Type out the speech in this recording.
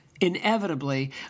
inevitably